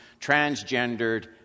transgendered